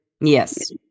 Yes